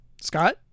Scott